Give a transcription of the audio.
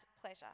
pleasure